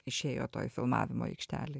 išėjo toj filmavimo aikštelėj